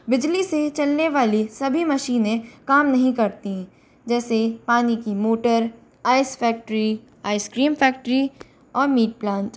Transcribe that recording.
बिजली से चलने वाली सभी मशीनें काम नहीं करती जैसे पानी की motor ice factory ice cream factory और मीट प्लांट